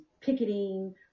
picketing